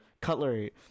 cutlery